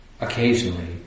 occasionally